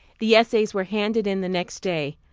the essays were handed in the next day,